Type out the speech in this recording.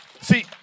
see